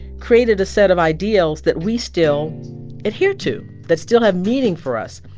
created a set of ideals that we still adhere to, that still have meaning for us.